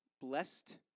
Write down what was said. Blessed